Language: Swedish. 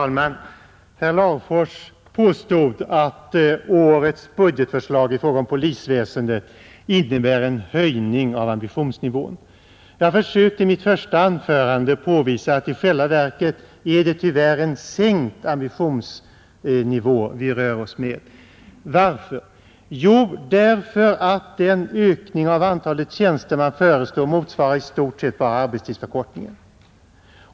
Herr talman! Herr Larfors påstod att årets budgetförslag i fråga om polisväsendet innebär en höjning av ambitionsnivån. Jag försökte i mitt första anförande påvisa att i själva verket är det tyvärr en sänkt ambitionsnivå vi rör oss med. Varför? Jo, därför att den ökning av antalet tjänster man föreslår i stort sett bara motsvarar arbetstidsförkortningen.